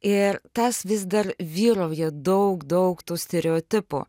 ir tas vis dar vyrauja daug daug tų stereotipų